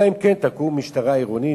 אלא אם כן תקום משטרה עירונית,